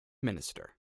minister